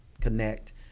connect